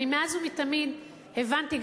מאז ומתמיד הבנתי,